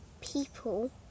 people